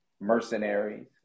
mercenaries